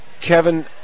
Kevin